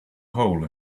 hole